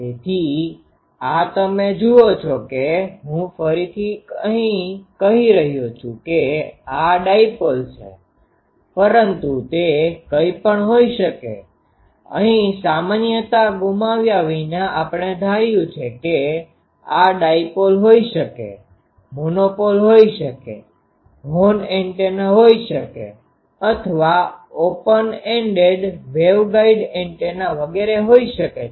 તેથી આ તમે જુઓ છો કે હું ફરીથી અહીં કહી શકું છું કે આ ડાયપોલ છે પરંતુ તે કંઇપણ હોઇ શકે અહીં સામાન્યતા ગુમાવ્યા વિના આપણે ધારયુ છે કે આ ડાયપોલ હોઈ શકે મોનોપોલ હોઈ શકે હોર્ન એન્ટેના હોઈ શકે અથવા ઓપન એન્ડેડ વેવગાઇડ એન્ટેના વગેરે હોઈ શકે છે